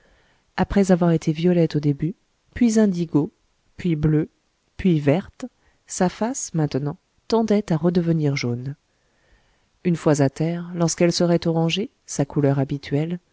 après avoir été violette au début puis indigo puis bleue puis verte sa face maintenant tendait à redevenir jaune une fois à terre lorsqu'elle serait orangée sa couleur habituelle